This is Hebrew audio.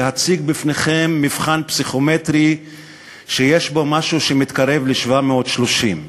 להציג בפניכם מבחן פסיכומטרי שיש בו משהו שמתקרב ל-730.